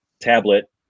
tablet